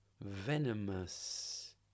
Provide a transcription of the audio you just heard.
venomous